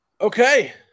Okay